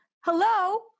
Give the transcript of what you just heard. Hello